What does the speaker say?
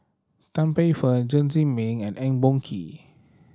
Tan Paey Fern Chen Zhiming and Eng Boh Kee